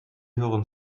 hören